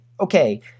okay